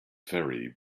ferry